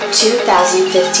2015